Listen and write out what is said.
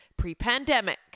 pre-pandemic